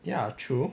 ya true